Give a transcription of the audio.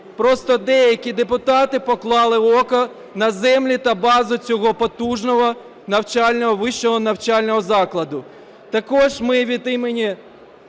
Просто деякі депутати поклали око на землі та бази цього потужного вищого навчального закладу. Також ми від імені